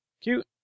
cute